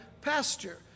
pasture